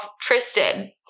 Tristan